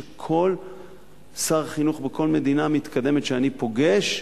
שכל שר חינוך בכל מדינה מתקדמת שאני פוגש,